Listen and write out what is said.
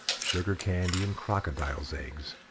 sugar-candy, and crocodile's eggs.